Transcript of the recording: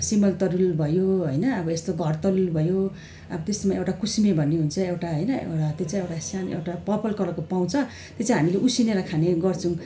सिमल तरुल भयो होइन अब यस्तो घर तरुल भयो अब त्यस्तोमा एउटा कुसुमे भन्ने हुन्छ एउटा होइन एउटा त्यो चाहिँ एउटा सानो एउटा पर्पल कलरको पाउँछ त्यो चाहिँ हामी उसिनेर खाने गर्छौँ